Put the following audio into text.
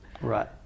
right